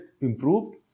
improved